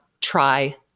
try